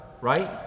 right